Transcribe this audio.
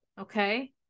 Okay